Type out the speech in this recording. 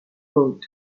road